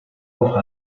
offre